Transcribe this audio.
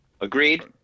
Agreed